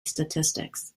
statistics